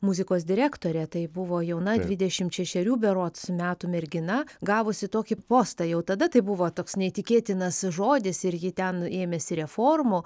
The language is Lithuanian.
muzikos direktore tai buvo jauna dvidešimt šešerių berods metų mergina gavusi tokį postą jau tada tai buvo toks neįtikėtinas žodis ir ji ten ėmėsi reformų